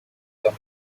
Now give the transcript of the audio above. the